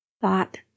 thought